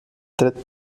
tret